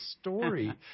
story